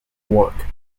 work